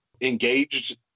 engaged